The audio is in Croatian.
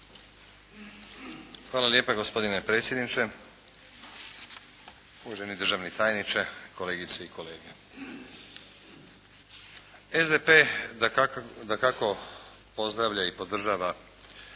Hvala lijepa. Gospodine predsjedniče, uvaženi državni tajniče, kolegice i kolege. SDP dakako pozdravlja i podržava